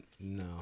No